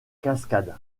cascade